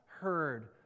heard